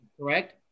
correct